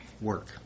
work